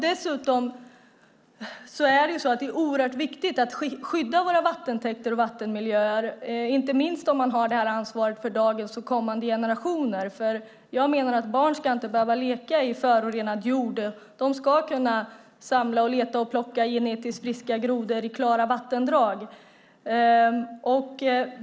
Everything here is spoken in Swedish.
Dessutom är det oerhört viktigt att skydda våra vattentäkter och vattenmiljöer, inte minst om man har ansvar för dagens och kommande generationer. Jag menar att barn inte ska behöva leka på förorenad jord. De ska kunna samla genetiskt friska grodor i klara vattendrag.